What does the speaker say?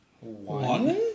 one